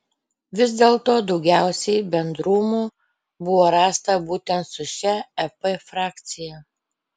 vis dėlto daugiausiai bendrumų buvo rasta būtent su šia ep frakcija